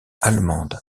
allemande